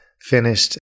finished